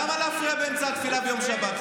למה להפריע באמצע התפילה ביום שבת?